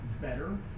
better